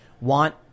want